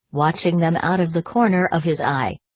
watching them out of the corner of his eye.